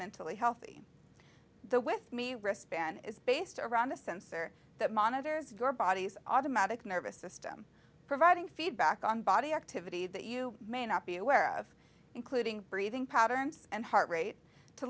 mentally healthy the with me wristband is based around a sensor that monitors your body's automatic nervous system providing feedback on body activity that you may not be aware of including breathing patterns and heart rate to